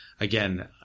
again